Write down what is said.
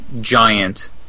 giant